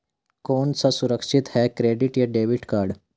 कौन सा सुरक्षित है क्रेडिट या डेबिट कार्ड?